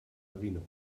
marino